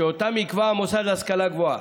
שאותם יקבע המוסד להשכלה גבוהה.